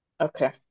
okay